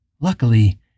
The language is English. Luckily